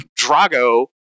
Drago